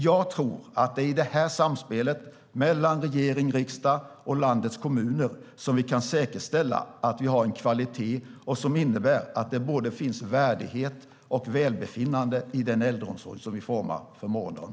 Jag tror att det är i samspelet mellan regering, riksdag och landets kommuner som vi kan säkerställa att vi har en kvalitet som innebär att det finns både värdighet och välbefinnande i den äldreomsorg som vi formar för morgondagen.